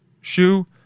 shoe